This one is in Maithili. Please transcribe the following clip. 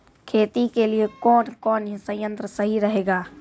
खेती के लिए कौन कौन संयंत्र सही रहेगा?